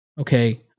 Okay